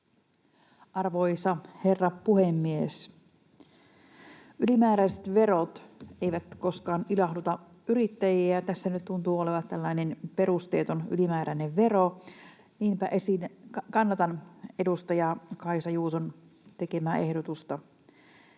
Arvoisa herra puhemies! Ylimääräiset verot eivät koskaan ilahduta yrittäjiä, ja tässä nyt tuntuu olevan tällainen perusteeton ylimääräinen vero. Niinpä kannatan edustaja Kaisa Juuson tekemää ehdotusta,